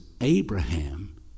Abraham